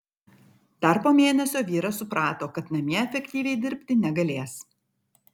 dar po mėnesio vyras suprato kad namie efektyviai dirbti negalės